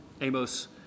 Amos